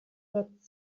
that